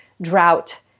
drought